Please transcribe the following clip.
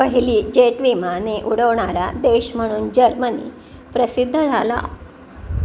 पहिली जेट विमाने उडवणारा देश म्हणून जर्मनी प्रसिद्ध झाला